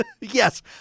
Yes